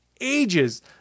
ages